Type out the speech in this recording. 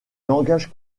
langage